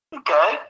okay